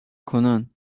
کنان